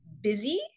Busy